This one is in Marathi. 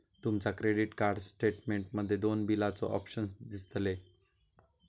तुमच्या क्रेडीट कार्ड स्टेटमेंट मध्ये दोन बिलाचे ऑप्शन दिसतले